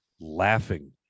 laughing